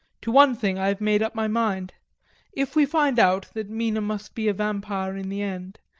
to one thing i have made up my mind if we find out that mina must be a vampire in the end,